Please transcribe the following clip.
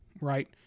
right